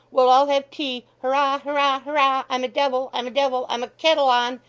we'll all have tea. hurrah, hurrah, hurrah! i'm a devil, i'm a devil, i'm a ket-tle on,